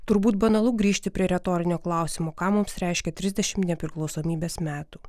turbūt banalu grįžti prie retorinio klausimo ką mums reiškia trisdešimt nepriklausomybės metų